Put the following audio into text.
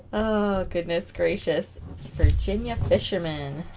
oh goodness gracious virginia fisherman